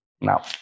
Now